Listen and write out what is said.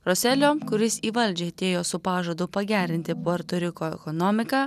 roselio kuris į valdžią atėjo su pažadu pagerinti puerto riko ekonomiką